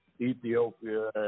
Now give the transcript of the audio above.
Ethiopia